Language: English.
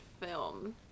film